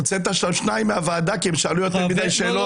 הוצאת שניים מהוועדה כי הם שאלו יותר מדי שאלות.